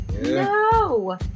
No